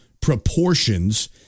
proportions